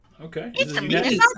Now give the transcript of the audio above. Okay